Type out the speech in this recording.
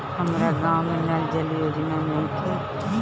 हमारा गाँव मे नल जल योजना नइखे?